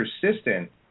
persistent